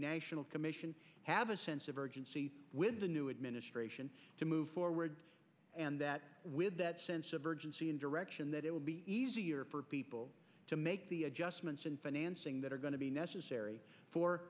national commission have a sense of urgency with the new administration to move forward and that with that sense of urgency and direction that it would be easier for people to make the adjustments in financing that are going to be necessary for